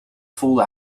voelde